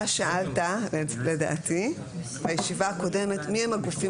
אתה שאלת לדעתי בישיבה הקודמת מי הם הגופים